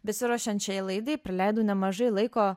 besiruošiant šiai laidai praleidau nemažai laiko